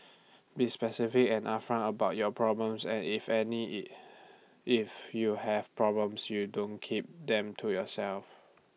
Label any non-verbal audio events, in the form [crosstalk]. be specific and upfront about your problems and if any IT [hesitation] if you have problems you don't keep them to yourself